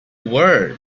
were